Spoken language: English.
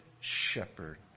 shepherd